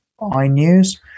iNews